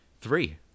three